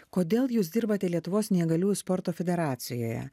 kodėl jūs dirbate lietuvos neįgaliųjų sporto federacijoje